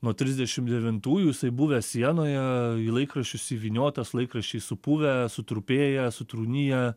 nuo trisdešim devintųjų jisai buvęs sienoje į laikraščius įvyniotas laikraščiai supuvę sutrupėję sutrūniję